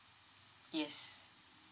yes